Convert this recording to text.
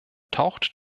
taucht